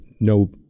no